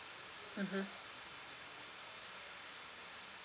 mmhmm